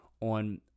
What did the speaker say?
on